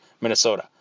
Minnesota